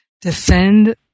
Defend